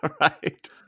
right